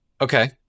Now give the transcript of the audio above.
Okay